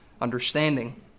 understanding